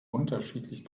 unterschiedlich